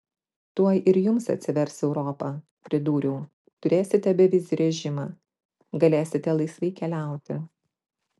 tuoj ir jums atsivers europa pridūriau turėsite bevizį režimą galėsite laisvai keliauti